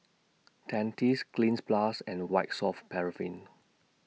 Dentiste Cleanz Plus and White Soft Paraffin